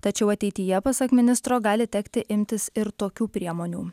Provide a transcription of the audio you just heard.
tačiau ateityje pasak ministro gali tekti imtis ir tokių priemonių